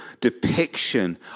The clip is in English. depiction